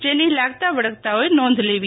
જેની લાગતા વળગતાએ નોંધ લેવી